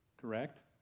Correct